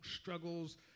struggles